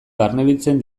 barnebiltzen